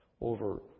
over